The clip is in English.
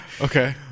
okay